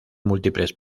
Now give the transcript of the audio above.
múltiples